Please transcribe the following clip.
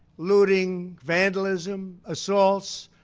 looting, vandalism, assaults,